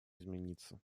измениться